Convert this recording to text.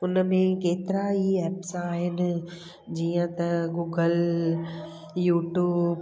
हुन में केतिरा ई एप्स आहिनि जीअं त गूगल यूट्यूब